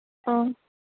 ꯑꯥ